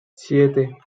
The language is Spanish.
siete